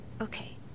Okay